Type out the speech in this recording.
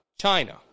China